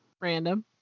random